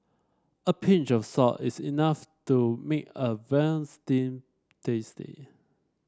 a pinch of salt is enough to make a veal stew tasty